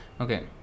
okay